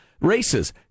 races